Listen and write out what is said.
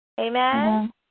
Amen